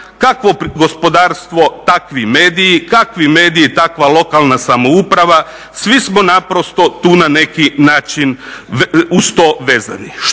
kakvo gospodarstvo takvi mediji, kakvi mediji takva lokalna samouprava. Svi smo naprosto tu na neki način uz to vezani.